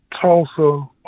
Tulsa